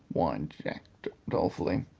whined jack dolefully.